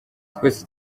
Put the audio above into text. twese